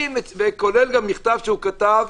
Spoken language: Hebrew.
כולל מכתב שהוא כתב,